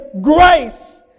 grace